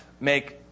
make